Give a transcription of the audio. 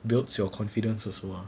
builds your confidence also ah